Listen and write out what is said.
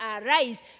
arise